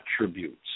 attributes